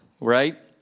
right